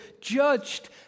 judged